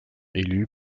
élus